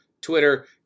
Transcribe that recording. Twitter